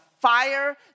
Fire